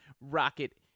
Rocket